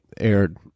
aired